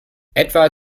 etwa